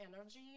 energy